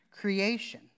creation